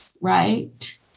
Right